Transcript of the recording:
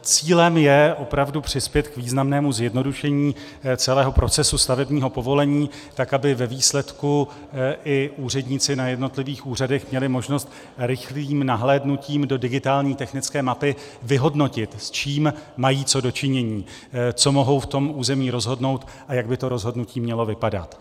Cílem je opravdu přispět k významnému zjednodušení celého procesu stavebního povolení tak, aby ve výsledku i úředníci na jednotlivých úřadech měli možnost rychlým nahlédnutím do digitální technické mapy vyhodnotit, s čím mají co do činění, co mohou v tom území rozhodnout a jak by to rozhodnutí mělo vypadat.